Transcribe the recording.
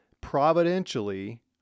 providentially